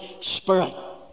spirit